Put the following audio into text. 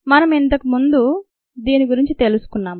మనం ఇంతకు ముందే దీని గురించి తెలుసుకున్నాము